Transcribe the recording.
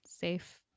safe